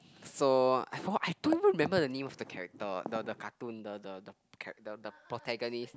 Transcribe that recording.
so I forgot I don't even remember the name of the character the the cartoon the the the character the protagonist